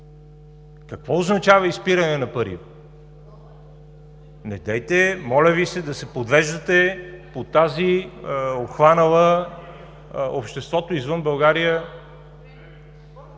какво означава изпиране на пари? Недейте, моля Ви, да се подвеждате по тази, обхванала обществото извън България…